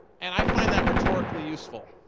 and i find that rhetorically useful.